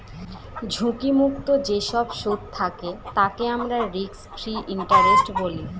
ঝুঁকি মুক্ত যেসব সুদ থাকে তাকে আমরা রিস্ক ফ্রি ইন্টারেস্ট বলি